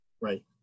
Right